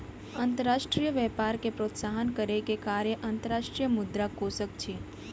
अंतर्राष्ट्रीय व्यापार के प्रोत्साहन करै के कार्य अंतर्राष्ट्रीय मुद्रा कोशक अछि